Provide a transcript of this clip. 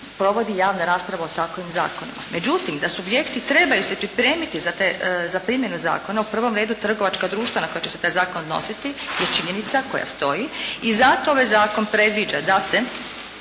provodi javna rasprava o takvim zakonima. Međutim, da subjekti trebaju se pripremiti za primjenu zakona, u prvom redu trgovačka društva na koja će se taj zakon odnositi je činjenica koja stoji i zato ovaj Zakon predviđa da se,